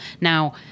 Now